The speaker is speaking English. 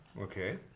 okay